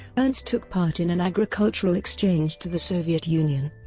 ernst took part in an agricultural exchange to the soviet union.